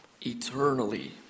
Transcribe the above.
eternally